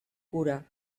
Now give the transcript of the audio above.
cura